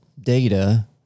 data